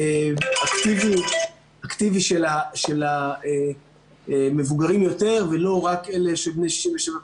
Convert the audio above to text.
אקטיבי של המבוגרים יותר ולא רק אלה בני 67 פלוס,